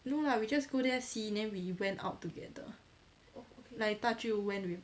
no lah we just go there see then we went out together like 大舅 went with